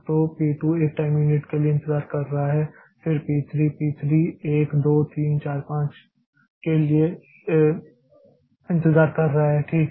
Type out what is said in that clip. तो P 2 1 unit के लिए इंतजार कर रहा है फिर पी 3 पी 3 1 2 फिर 3 4 5 के लिए इंतजार कर रहा है ठीक है